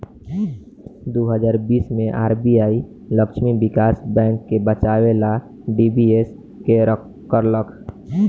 दू हज़ार बीस मे आर.बी.आई लक्ष्मी विकास बैंक के बचावे ला डी.बी.एस.के करलख